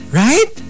right